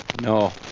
No